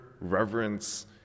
reverence